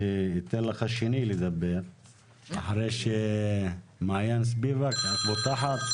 אני אתן לך לדבר אחרי שמעין ספיבק תפתח.